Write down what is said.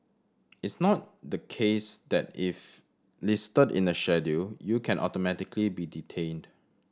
it's not the case that if listed in the Schedule you can automatically be detained